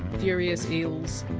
furious eels!